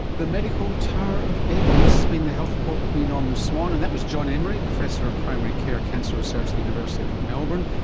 the medical tower of babel. this has been the health report with me, norman swan, and that was jon emory, professor of primary care cancer research at the university of melbourne,